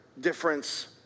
difference